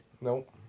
Nope